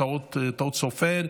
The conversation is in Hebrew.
טעות סופר.